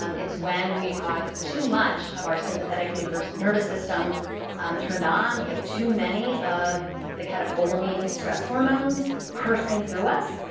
um it's when we have too much of our sympathetic nervous nervous system turned on. we have too many of the catecholamine stress hormones coursing through us.